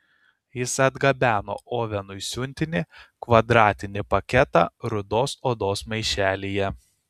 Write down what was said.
jis atgabeno ovenui siuntinį kvadratinį paketą rudos odos maišelyje